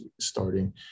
starting